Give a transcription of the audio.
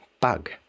bug